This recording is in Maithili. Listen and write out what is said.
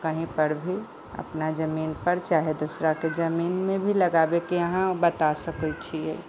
कही पर भी अपना जमीन पर चाहे दूसरा के जमीन मे भी लगाबे के अहाँ बता सकै छियै